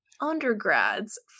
Undergrads